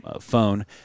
phone